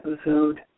episode